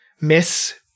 miss